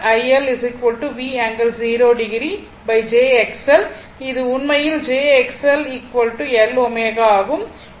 IL V ∠0o jXL இது உண்மையில் jXL XLL ω ஆகும்